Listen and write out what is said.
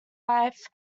wife